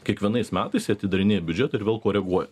kiekvienais metais jie atidarinėja biudžetą ir vėl koreguoja